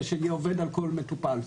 זה שיהיה עובד על כל מטופל.